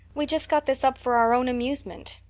we just got this up for our own amusement.